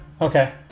Okay